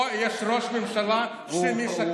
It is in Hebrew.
פה יש ראש ממשלה שמשקר.